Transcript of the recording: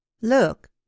Look